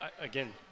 again